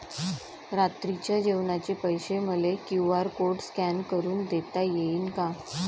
रात्रीच्या जेवणाचे पैसे मले क्यू.आर कोड स्कॅन करून देता येईन का?